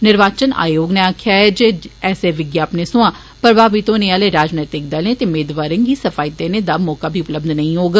निर्वाचन आयोग नै आक्खेआ ऐ जे ऐसे विज्ञापनें सोयां प्रभावित होने आले राजनीतिक दलें ते मेदवारें गी सफाई देने दा मौका बी उपलब्ध नेई होग